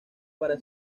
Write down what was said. para